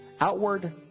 outward